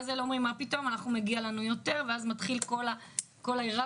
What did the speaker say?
לנו מגיע יותר וכולי,